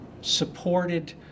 supported